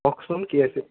কওকচোন কি আছে